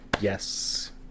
Yes